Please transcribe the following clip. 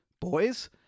Boys